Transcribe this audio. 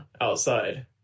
outside